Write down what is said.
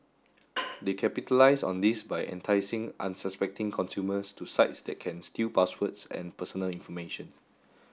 they capitalise on this by enticing unsuspecting consumers to sites that can steal passwords and personal information